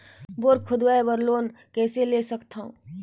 Bore खोदवाय बर loan कइसे ले सकथव?